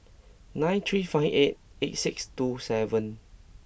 nine three five eight eight six two seven